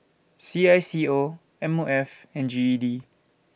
C I S C O M O F and G E D